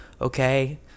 okay